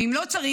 ואם לא צריך,